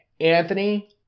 Anthony